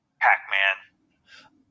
pac-man